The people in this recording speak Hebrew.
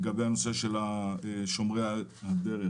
שומרי הדרך,